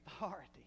authority